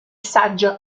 saggio